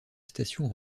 station